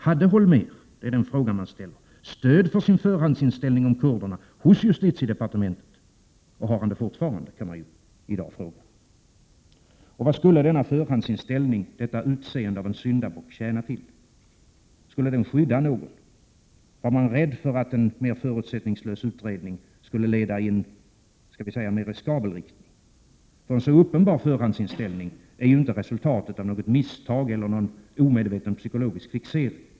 Hade Holmér stöd för sin förhandsinställning om kurderna hos justitiedepartementet — och har han det fortfarande? Och vad skulle denna förhandsinställning, detta utseende av en syndabock, tjäna till? Skulle den skydda någon? Var man rädd att en mer förutsättningslös utredning skulle leda i en riskabel riktning? En så uppenbar förhandsinställning är ju inte resultatet av ett misstag eller av någon omedveten psykologisk fixering.